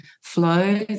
flow